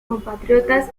compatriotas